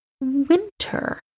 winter